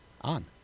on